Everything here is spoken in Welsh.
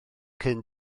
cyn